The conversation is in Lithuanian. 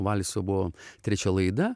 valso buvo trečia laida